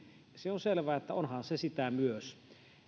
on selvää että onhan se sitä myös voi